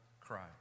Christ